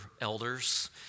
elders